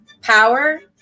power